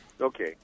Okay